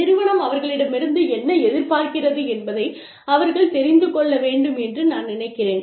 நிறுவனம் அவர்களிடமிருந்து என்ன எதிர்பார்க்கிறது என்பதை அவர்கள் தெரிந்து கொள்ள வேண்டும் என்று நான் நினைக்கிறேன்